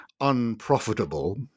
unprofitable